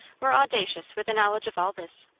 were audacious with the knowledge of all this.